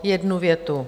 Jednu větu.